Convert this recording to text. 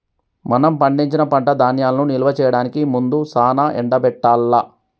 మనం పండించిన పంట ధాన్యాలను నిల్వ చేయడానికి ముందు సానా ఎండబెట్టాల్ల